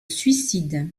suicide